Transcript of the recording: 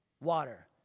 water